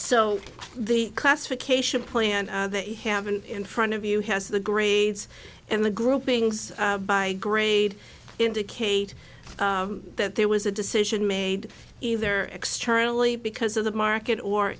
so the classification plan they haven't in front of you has the grades and the groupings by grade indicate that there was a decision made either externally because of the market or